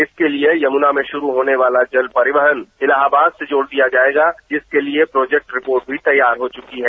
इसके लिए यमुना में शुरू होने वाला जल परिवहन इलाहाबाद से जोड़ दिया जाएगा जिसके लिए प्रोजेक्ट रिपोर्ट भी तैयार हो चुकी है